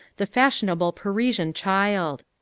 the fashionable parisian child.